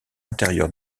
intérieur